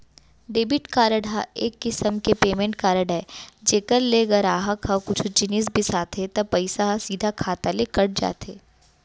debit card ह एक किसम के पेमेंट कारड अय जेकर ले गराहक ह कुछु जिनिस बिसाथे त पइसा ह सीधा खाता ले कट जाथे